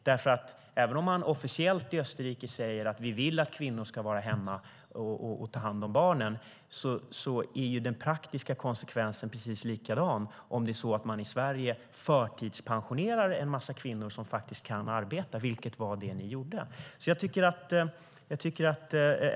I Österrike säger man officiellt att man vill att kvinnor ska vara hemma och ta hand om barnen. Den praktiska konsekvensen blir precis likadan i Sverige om man förtidspensionerar en massa kvinnor som faktiskt kan arbeta, vilket var det ni gjorde.